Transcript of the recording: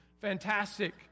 Fantastic